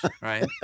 right